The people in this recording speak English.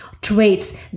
traits